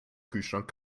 kühlschrank